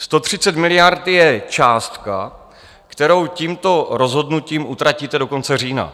130 miliard je částka, kterou tímto rozhodnutím utratíte do konce října.